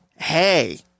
hey